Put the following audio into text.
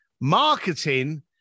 Marketing